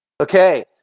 Okay